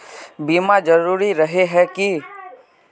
बीमा जरूरी रहे है की?